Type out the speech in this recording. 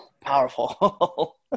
powerful